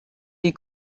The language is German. die